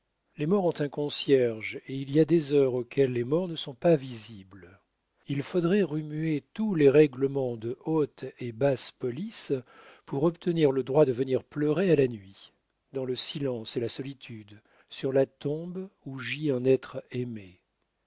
les morts ont un concierge et il y a des heures auxquelles les morts ne sont pas visibles il faudrait remuer tous les règlements de haute et basse police pour obtenir le droit de venir pleurer à la nuit dans le silence et la solitude sur la tombe où gît un être aimé